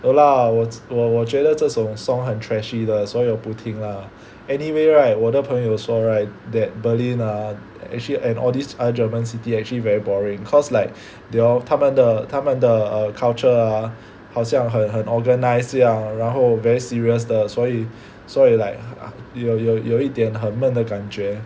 有啦我我我觉得这种 song 很 trashy 的所以我不听 lah anyway right 我的朋友说 right that Berlin ah actually and all these other German city actually very boring cause like they all 他们的他们的 err culture ah 好像很很 organize 这样然后 very serious 的所以所以 like 有有有一点很闷的感觉